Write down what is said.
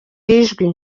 ijwi